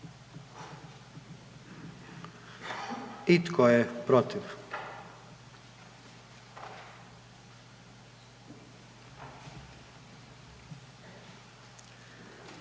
I tko je protiv?